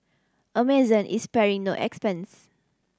Amazon is sparing no expense